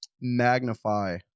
magnify